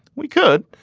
we could.